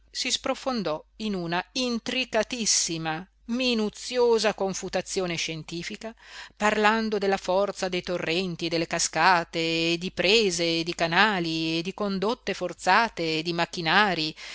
si sprofondò in una intricatissima minuziosa confutazione scientifica parlando della forza dei torrenti e delle cascate e di prese e di canali e di condotte forzate e di macchinarii